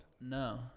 No